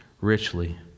richly